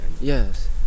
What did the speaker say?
Yes